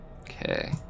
Okay